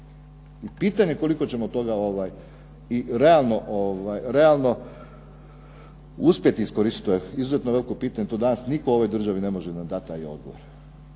I pitanje koliko ćemo toga realno uspjeti iskoristiti, to je izuzetno veliko pitanje, to danas nitko u državi ne može dati taj odgovor.